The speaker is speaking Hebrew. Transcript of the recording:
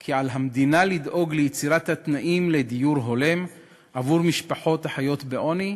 כי על המדינה לדאוג ליצירת התנאים לדיור הולם עבור משפחות החיות בעוני.